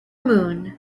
moon